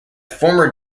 former